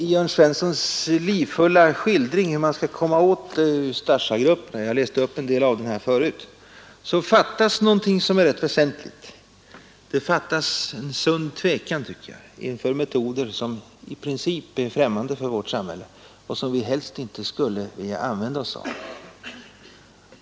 I Jörn Svenssons livfulla skildring av hur man skall komma åt Ustasjagrupperna — jag läste upp en del av den skildringen förut — fattas någonting som är rätt väsentligt. Det fattas en sund tvekan inför metoder som i princip är främmande för vårt samhälle och som vi helst inte skulle vilja använda oss av.